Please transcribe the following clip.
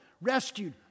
rescued